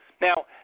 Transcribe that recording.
Now